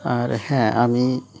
আর হ্যাঁ আমি